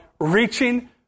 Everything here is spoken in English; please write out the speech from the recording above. reaching